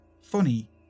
funny